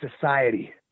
society